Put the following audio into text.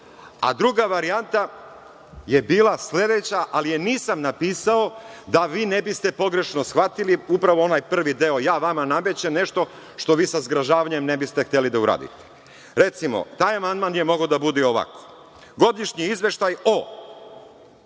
a druga varijanta je bila sledeća, ali je nisam napisao da vi ne biste pogrešno shvatili upravo onaj prvi deo, ja vama namećem nešto što vi sa zgražavanjem ne biste hteli da uradite. Recimo, taj amandman je mogao da bude i ovako: „Godišnji izveštaj o